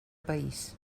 país